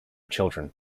children